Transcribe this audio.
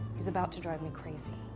he's about to drive me crazy.